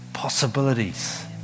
possibilities